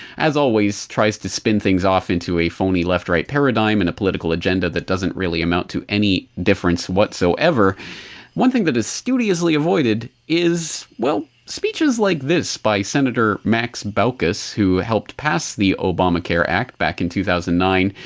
as always, tries to spin things off into a phony left right paradigm and a political agenda that doesn't really amount to any difference whatsoever one thing that is studiously avoided is, well, speeches like this by senator max baucus, who helped pass the obamacare act back in two thousand and nine,